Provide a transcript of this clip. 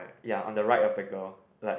ya on the right of the girl like